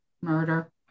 Murder